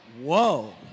Whoa